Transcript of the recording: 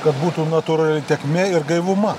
kad būtų natūrali tėkmė ir gaivuma